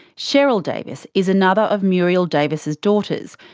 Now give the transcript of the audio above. sheryl davis is another of muriel davis' daughters,